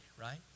right